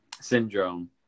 Syndrome